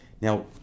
Now